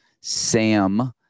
Sam